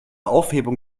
aufhebung